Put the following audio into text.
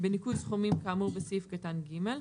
בניכוי סכומים כאמור בסעיף קטן (ג),